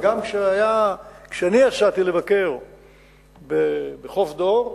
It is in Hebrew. וגם כשאני יצאתי לבקר בחוף דור,